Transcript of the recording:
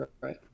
right